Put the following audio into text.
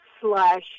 slash